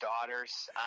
daughters